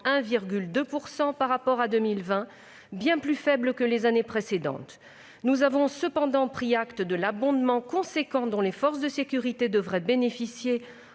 1,2 % par rapport à 2020, bien plus faible que les années précédentes. Nous avons cependant pris acte de l'abondement important dont les forces de sécurité devraient bénéficier